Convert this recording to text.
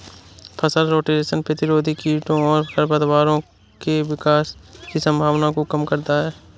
फसल रोटेशन प्रतिरोधी कीटों और खरपतवारों के विकास की संभावना को कम करता है